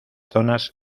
zonas